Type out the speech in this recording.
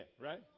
right